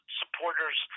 supporters